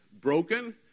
broken